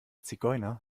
zigeuner